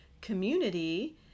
community